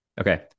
okay